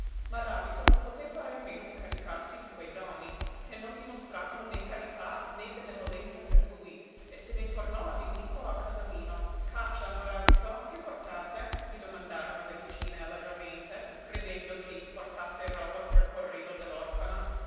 paese maràbito non poté fare a meno di caricarsi di quei doni che non dimostravano né carità né benevolenza per lui e se ne tornò avvilito al casalino caccia maràbito che portate gli domandarono le vicine allegramente credendo ch'egli portasse roba